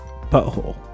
butthole